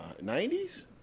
90s